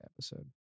episode